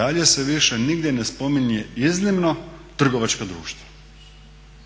Dalje se više nigdje ne spominje iznimno trgovačka društva.